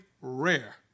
rare